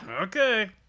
okay